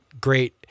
great